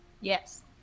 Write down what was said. Yes